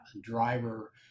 driver